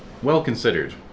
Well-considered